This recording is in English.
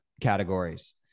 categories